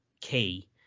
key